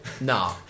Nah